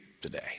today